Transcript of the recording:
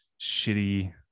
shitty